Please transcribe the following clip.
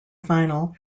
final